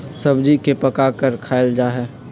सब्जी के पकाकर खायल जा हई